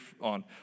on